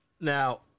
Now